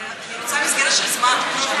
אני רוצה מסגרת של זמן.